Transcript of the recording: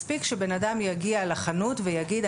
מספיק שבן אדם יגיע לחנות ויגיד,